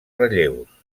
relleus